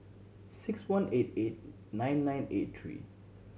six one eight eight nine nine eight three